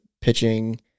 pitching